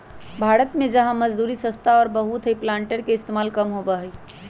भारत में जहाँ मजदूरी सस्ता और बहुत हई प्लांटर के इस्तेमाल कम होबा हई